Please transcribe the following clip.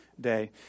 day